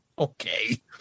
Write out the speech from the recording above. Okay